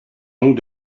donc